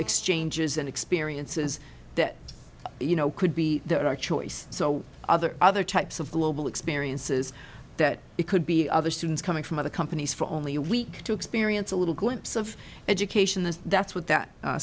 exchanges and experiences that you know could be there at our choice so other other types of global experiences that it could be other students coming from other companies for only a week to experience a little glimpse of education and that's what that